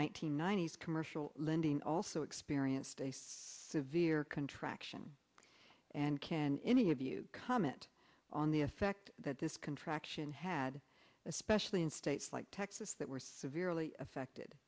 hundred ninety s commercial lending also experienced a severe contraction and can any of you comment on the effect that this contraction had ad especially in states like texas that were severely affected